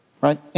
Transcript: Right